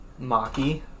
Maki